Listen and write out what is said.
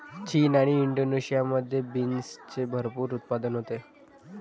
चीन आणि इंडोनेशियामध्ये बीन्सचे भरपूर उत्पादन होते